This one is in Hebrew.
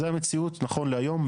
זה המציאות נכון להיום.